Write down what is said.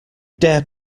dare